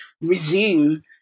resume